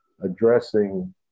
addressing